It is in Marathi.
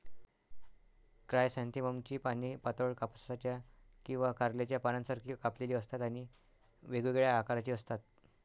क्रायसॅन्थेममची पाने पातळ, कापसाच्या किंवा कारल्याच्या पानांसारखी कापलेली असतात आणि वेगवेगळ्या आकाराची असतात